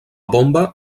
bomba